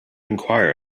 enquire